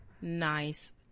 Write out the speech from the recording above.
Nice